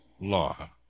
law